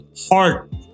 heart